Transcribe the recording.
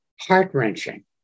heart-wrenching